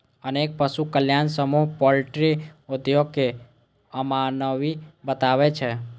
अनेक पशु कल्याण समूह पॉल्ट्री उद्योग कें अमानवीय बताबै छै